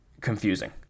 confusing